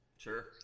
Sure